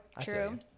True